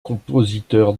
compositeur